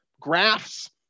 graphs